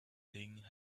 thing